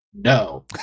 No